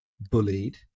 bullied